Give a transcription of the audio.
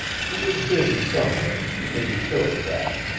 he is busy somewhere you may be sure of that,